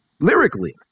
Lyrically